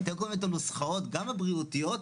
אתם קובעים גם את הנוסחאות הבריאותיות,